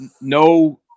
no